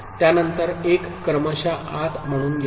त्यानंतर 1 क्रमशः आत म्हणून येईल